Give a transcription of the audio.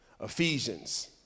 Ephesians